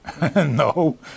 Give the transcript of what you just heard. No